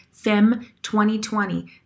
FEM2020